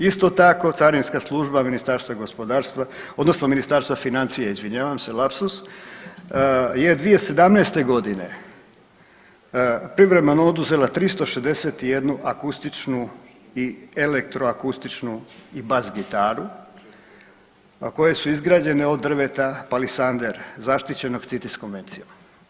Isto tako, Carinska služba Ministarstva gospodarstva odnosno Ministarstva financija izvinjavam se, lapsus je 2017. godine privremeno oduzela 361 akustičnu i elektroakustičnu i bas gitaru koje su izgrađene od drveta palisander, zaštićenog CITES konvencijom.